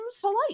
polite